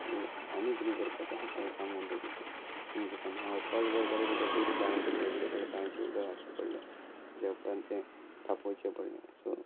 तुजी आनी कितें करपाचें आहा तें काम उरलें तुजें तुका न्हांवपाक जाय जाल्यार तुका पयलीं बांय कडेन वयचें पडलें बांयचें उदक हाडचें पडलें तेच्या उपरांत तें थापोवचें पडलें सो